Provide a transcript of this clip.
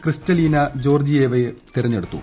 Kristalina ജോർജിയേവയെ തെരഞ്ഞെടുത്തു